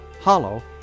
Hollow